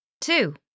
Two